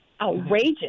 outrageous